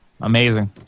amazing